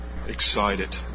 Excited